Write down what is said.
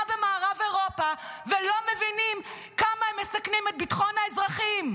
במערב אירופה ולא מבינים כמה הם מסכנים את ביטחון האזרחים.